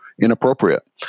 inappropriate